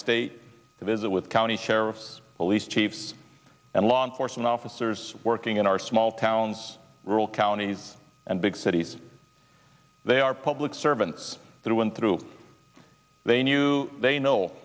state to visit with county sheriffs police chiefs and law enforcement officers working in our small towns rural counties and big cities they are public servants through and through they knew they know